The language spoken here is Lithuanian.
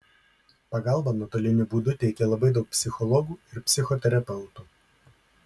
pagalbą nuotoliniu būdu teikia labai daug psichologų ir psichoterapeutų